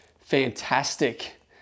Fantastic